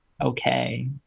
okay